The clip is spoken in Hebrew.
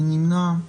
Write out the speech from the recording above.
מי נמנע?